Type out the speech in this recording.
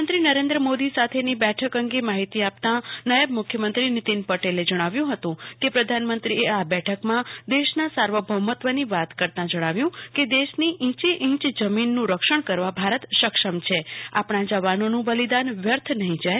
પ્રધાનમંત્રી નરેન્દ્ર મોદી સાથીને બેઠક અંગે માહિતી આપતા નાયબ મુખ્યમંત્રી નીતિન પટેલે જણાવ્યુ હતું કે પ્રધાનમંત્રીએ આ બેઠકમાં દેશના સાર્વલૌમત્વની વાત કરતા જણાવ્યુ હતું કે દેશની ઈંચેઈંચ જમીનનું રક્ષણ કરવા ભારત સક્ષમ છે આપણા જવાનોનું બલિદાન વ્યર્થ નહી જાય